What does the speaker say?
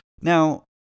Now